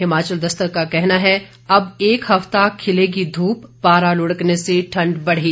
हिमाचल दस्तक का कहना है अब एक हफता खिलेगी धूप पारा लुढ़कने से ठंड बढ़ी